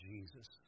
Jesus